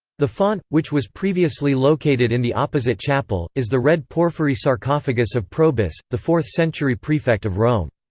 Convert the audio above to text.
the font, which was previously located in the opposite chapel, is the red porphyry sarcophagus of probus, the fourth century prefect of rome.